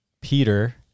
Peter